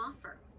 offer